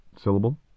syllable